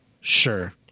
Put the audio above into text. Sure